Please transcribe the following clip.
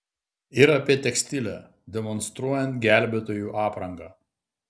ir apie tekstilę demonstruojant gelbėtojų aprangą